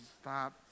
stop